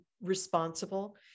responsible